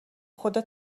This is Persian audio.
خدا